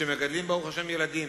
שמגדלים, ברוך השם, ילדים.